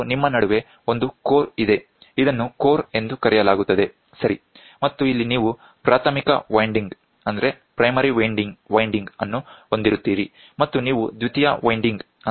ಮತ್ತು ನಿಮ್ಮ ನಡುವೆ ಒಂದು ಕೋರ್ ಇದೆ ಇದನ್ನು ಕೋರ್ ಎಂದು ಕರೆಯಲಾಗುತ್ತದೆ ಸರಿ ಮತ್ತು ಇಲ್ಲಿ ನೀವು ಪ್ರಾಥಮಿಕ ವೈಂಡಿಂಗ್ ಅನ್ನು ಹೊಂದಿರುತ್ತೀರಿ ಮತ್ತು ನೀವು ದ್ವಿತೀಯ ವೈಂಡಿಂಗ್ ಅನ್ನು ಹೊಂದಿರುತ್ತೀರಿ